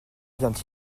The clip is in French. vient